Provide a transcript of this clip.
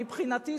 מבחינתי,